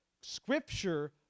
Scripture